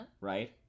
right